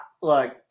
Look